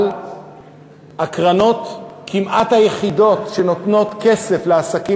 אבל הקרנות כמעט היחידות שנותנות כסף לעסקים